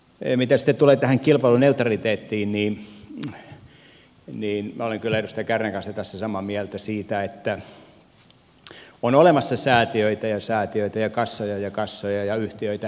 mitä sitten tulee tähän kilpailuneutraliteettiin niin minä olen kyllä edustaja kärnän kanssa tässä samaa mieltä siitä että on olemassa säätiöitä ja säätiöitä ja kassoja ja kassoja ja yhtiöitä ne toimivat eri toimialoilla